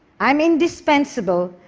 i'm indispensable,